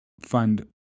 fund